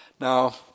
Now